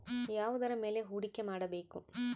ಯಾವುದರ ಮೇಲೆ ಹೂಡಿಕೆ ಮಾಡಬೇಕು?